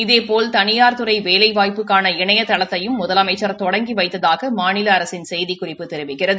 இதேபோல் தனியார் துறை வேலைவாய்ப்புக்கான இணையதளத்தையும் முதலமைச்சர் தொடங்கி வைத்ததாக மாநில அரசின் செய்திக்குறிப்பு தெரிவிக்கிறது